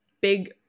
big